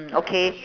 okay